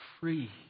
free